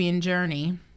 journey